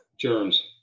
germs